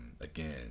Again